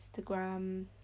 Instagram